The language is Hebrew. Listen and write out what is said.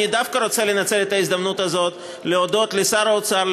אני דווקא רוצה לנצל את ההזדמנות הזאת להודות לשר האוצר,